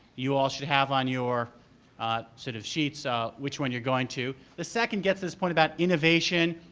you all should have on your set of sheets ah which one you're going to. the second gets this point about innovation,